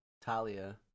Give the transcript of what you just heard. Talia